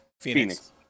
Phoenix